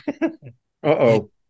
Uh-oh